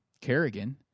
Kerrigan